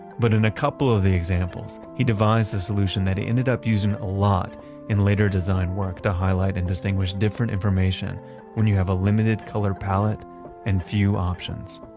but in a couple of the examples, he devised a solution that ended up using a lot in letter design work to highlight and distinguish different information when you have a limited color palette and few options.